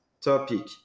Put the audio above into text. topic